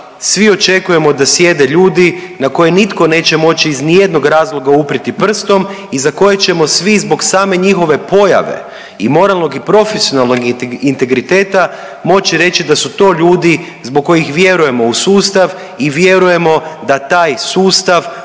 svi očekujemo da slijede ljudi na koje nitko neće moći iz nijednog razloga uprijeti prstom i za koje ćemo svi zbog same njihove pojave i moralnog i profesionalnog integriteta moći reći da su to ljudi zbog kojih vjerujemo u sustav i vjerujemo da taj sustav